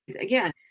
again